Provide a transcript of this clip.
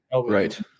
Right